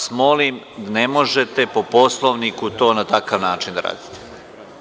Molim vas, ne možete po Poslovniku to na takav način da radite.